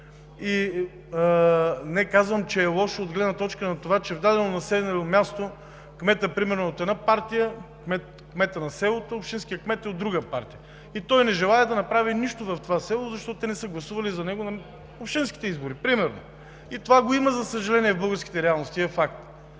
Не, казвам, че е лошо от гледна точка на това, че в дадено населено място кметът на селото примерно е от една партия, а общинският кмет е от друга партия и той не желае да направи нищо в това село, защото примерно те не са гласували за него на общинските избори. Това го има, за съжаление, в българските реалности и е факт.